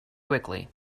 quickly